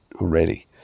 already